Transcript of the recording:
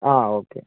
ആ ഓക്കെ